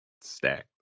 stacked